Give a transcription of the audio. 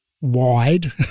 wide